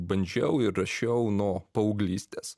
bandžiau ir rašiau nuo paauglystės